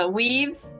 weaves